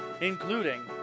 including